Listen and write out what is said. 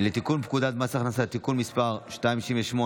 לתיקון פקודת מס הכנסה (תיקון מס' 268),